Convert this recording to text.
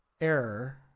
error